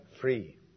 free